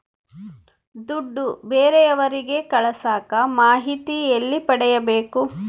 ದುಡ್ಡು ಬೇರೆಯವರಿಗೆ ಕಳಸಾಕ ಮಾಹಿತಿ ಎಲ್ಲಿ ಪಡೆಯಬೇಕು?